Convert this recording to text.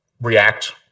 react